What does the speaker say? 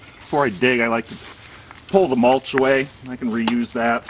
for a day i like to pull the mulch away and i can reuse that